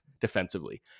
defensively